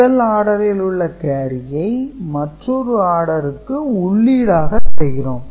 முதல் ஆடரில் உள்ள கேரியை மற்றொரு ஆடருக்கு உள்ளீடாக தருகிறோம்